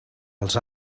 els